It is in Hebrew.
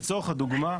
לצורך הדוגמה,